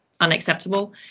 unacceptable